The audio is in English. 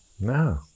No